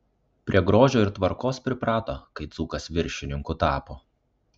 prie grožio ir tvarkos priprato kai dzūkas viršininku tapo